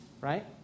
Right